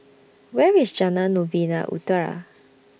Where IS Jalan Novena Utara